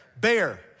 bear